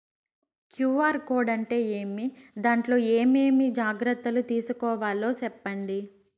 QR code అంటే ఏమి? దాంట్లో ఏ ఏమేమి జాగ్రత్తలు తీసుకోవాలో సెప్పండి?